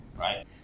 Right